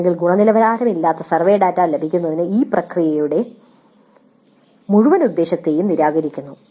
അല്ലെങ്കിൽ ഗുണനിലവാരമില്ലാത്ത survey data ലഭിക്കുന്നത് ഈ പ്രക്രിയയുടെ മുഴുവൻ ഉദ്ദേശ്യത്തെയും നിരാകരിക്കുന്നു